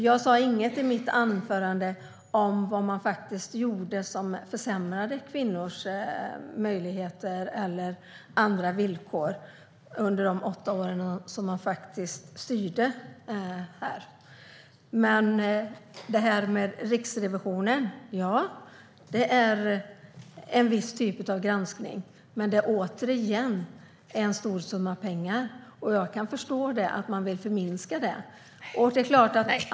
Jag sa inget i mitt anförande om vad man gjorde som försämrade kvinnors möjligheter eller andra villkor under de åtta år som man styrde. Riksrevisionen har gjort en viss typ av granskning. Det är återigen en stor summa pengar. Jag kan förstå att man vill förminska det.